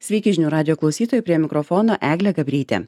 sveiki žinių radijo klausytojai prie mikrofono eglė gabrytė